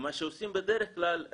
ומה שעושים בדרך כלל,